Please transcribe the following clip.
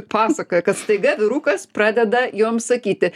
pasakoja kad staiga vyrukas pradeda joms sakyti